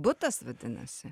butas vadinasi